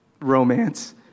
romance